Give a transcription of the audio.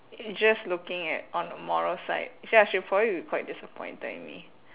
just looking at on the moral side ya she'll probably be quite disappointed in me